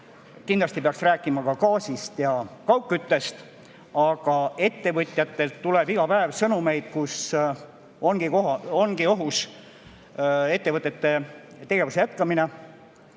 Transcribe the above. Kindlasti peaks rääkima ka gaasist ja kaugküttest. Ettevõtjatelt tuleb iga päev sõnumeid, et on ohus ettevõtete tegevuse jätkumine,